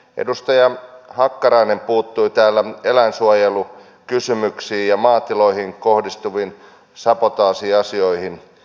edustaja hakkarainen puuttui täällä eläinsuojelukysymyksiin ja maatiloihin kohdistuviin sabotaasiasioihin